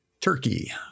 Turkey